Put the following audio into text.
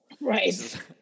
Right